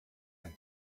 ein